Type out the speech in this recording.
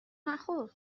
نخور